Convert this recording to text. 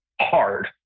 hard